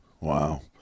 Wow